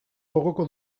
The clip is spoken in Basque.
gogoko